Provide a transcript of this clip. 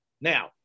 now